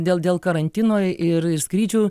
dėl dėl karantino ir skrydžių